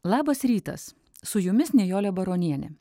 labas rytas su jumis nijolė baronienė